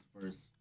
first